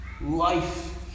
life